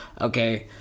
okay